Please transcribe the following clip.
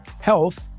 health